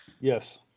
Yes